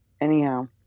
Anyhow